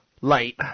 Light